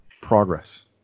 progress